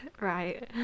Right